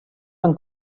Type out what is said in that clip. van